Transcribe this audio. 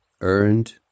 earned